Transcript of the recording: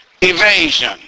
evasion